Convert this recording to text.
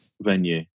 venue